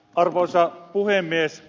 arvoisa puhemies